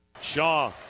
Shaw